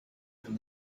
from